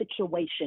situation